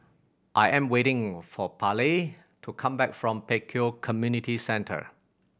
I am waiting for Pallie to come back from Pek Kio Community Centre